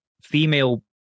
female